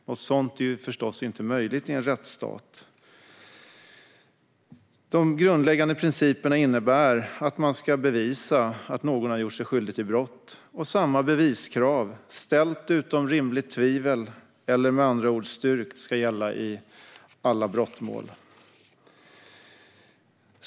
Något sådant är förstås inte möjligt i en rättsstat. De grundläggande principerna innebär att man ska bevisa att någon har gjort sig skyldig till brott. Samma beviskrav - ställt utom rimligt tvivel, eller med andra ord styrkt - ska gälla i alla brottmål.